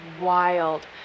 wild